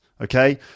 okay